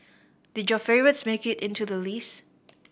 did your favourites make it into the list